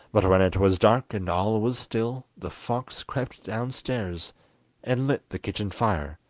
but when it was dark and all was still, the fox crept downstairs and lit the kitchen fire,